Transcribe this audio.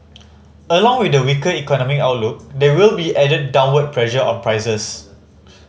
along with the weaker economic outlook there will be added downward pressure on prices